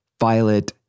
violet